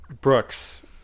Brooks